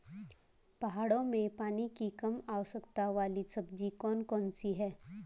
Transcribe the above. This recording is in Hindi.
पहाड़ों में पानी की कम आवश्यकता वाली सब्जी कौन कौन सी हैं?